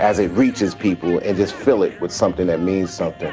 as it reaches people and just fill it with something that means something.